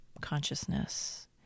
consciousness